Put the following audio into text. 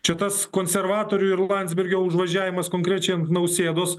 čia tas konservatorių ir landsbergio užvažiavimas konkrečiai ant nausėdos